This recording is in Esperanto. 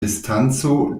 distanco